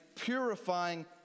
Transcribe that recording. purifying